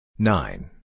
Nine